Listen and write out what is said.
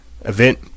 event